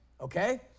okay